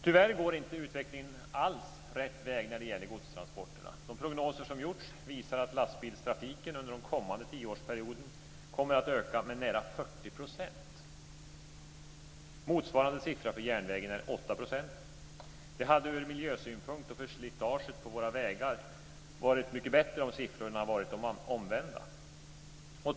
Tyvärr går inte utvecklingen alls rätt väg när det gäller godstransporterna. De prognoser som gjorts visar att lastbilstrafiken under den kommande tioårsperioden kommer att öka med nära 40 %. Motsvarande siffra för järnvägen är 8 %. Det hade ur miljösynpunkt och med tanke på slitaget på våra vägar varit mycket bättre om siffrorna hade varit de omvända.